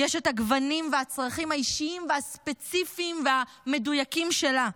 יש את הגוונים והצרכים האישיים והספציפיים והמדויקים שלה,